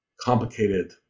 complicated